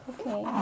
Okay